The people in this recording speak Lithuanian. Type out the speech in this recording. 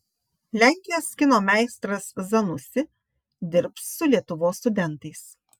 lenkijos kino meistras zanussi dirbs su lietuvos studentais